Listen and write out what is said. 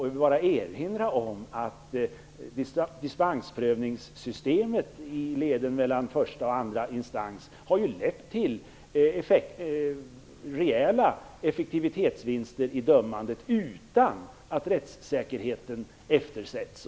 Jag vill bara erinra om att dispensprövningssystemet i leden mellan första och andra instans har lett till rejäla effektivitetsvinster i dömandet utan att rättssäkerheten eftersätts.